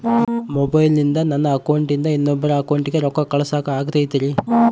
ಮೊಬೈಲಿಂದ ನನ್ನ ಅಕೌಂಟಿಂದ ಇನ್ನೊಬ್ಬರ ಅಕೌಂಟಿಗೆ ರೊಕ್ಕ ಕಳಸಾಕ ಆಗ್ತೈತ್ರಿ?